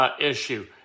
issue